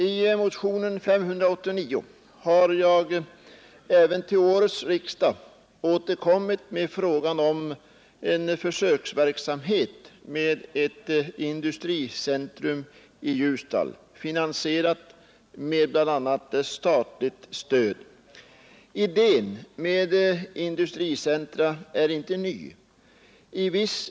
I motionen 589 har jag till årets riksdag återkommit med förslag om en försöksverksamhet med ett industricentrum i Ljusdal, finansierat med bl.a. statligt stöd. Idén med industricentra är inte ny.